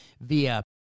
via